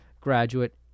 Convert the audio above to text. graduate